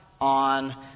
on